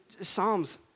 Psalms